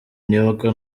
nibuka